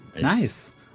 nice